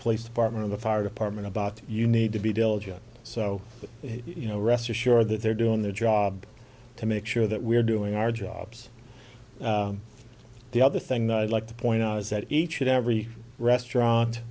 police department or the fire department about you need to be diligent so that you know rest assured that they're doing their job to make sure that we're doing our jobs the other thing that i'd like to point out is that each and every restaurant